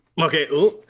Okay